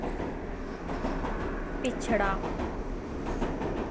पिछड़ा